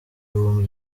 ibihumbi